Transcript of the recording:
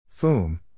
Foom